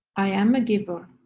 i am a giver.